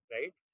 Right